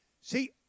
See